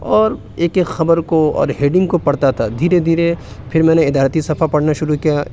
اور ایک ایک خبر کو اور ہیڈنگ کو پڑھتا تھا دھیرے دھیرے پھر میں نے ادارتی صفحہ پڑھنا شروع کیا